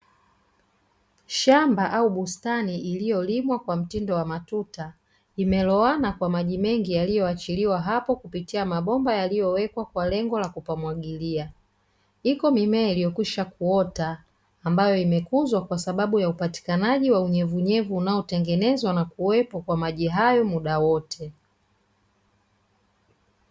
Shamba au bustani iliyolimwa kwa mtindo wa matuta imeloana kwa maji mengi yaliyoachiliwa hapo kupitia mabomba yaliyowekwa kwa lengo la kupamwagilia, iko mimea iliyokwisha kuota ambayo imekuzwa kwa sababu ya upatikanaji wa unyevunyevu unaotengenezwa na kuwepo kwa maji hayo muda wote